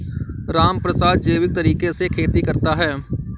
रामप्रसाद जैविक तरीके से खेती करता है